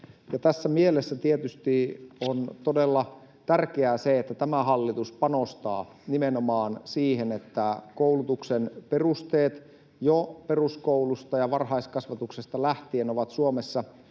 Tässä mielessä tietysti on todella tärkeää, että tämä hallitus panostaa nimenomaan siihen, että koulutuksen perusteet jo peruskoulusta ja varhaiskasvatuksesta lähtien ovat Suomessa